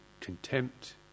contempt